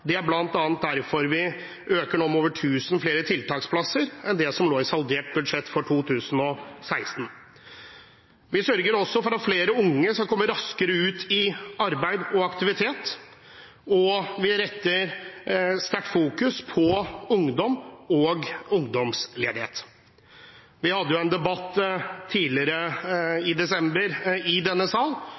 derfor øker vi nå med over 1 000 flere tiltaksplasser enn det som lå i saldert budsjett for 2016. Vi sørger også for at flere unge skal komme raskere ut i arbeid og aktivitet, og vi retter sterkt fokus på ungdom og ungdomsledighet. Vi hadde en debatt tidligere i desember i denne sal,